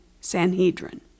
Sanhedrin